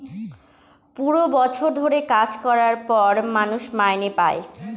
পুরো বছর ধরে কাজ করার পর মানুষ মাইনে পাই